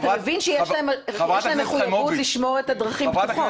אתה מבין שיש להם מחויבות לשמור את הדרכים פתוחות?